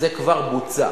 זה כבר בוצע.